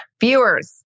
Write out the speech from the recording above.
viewers